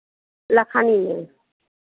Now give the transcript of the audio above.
लखानी में